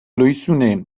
lohizune